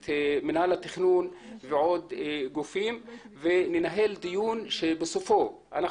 את מינהל התכנון ועוד גופים וננהל דיון שבסופו אנחנו